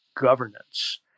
governance